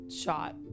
shot